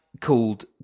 called